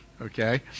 Okay